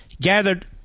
gathered